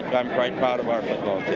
i'm quite proud of our